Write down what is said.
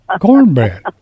Cornbread